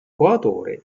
coautore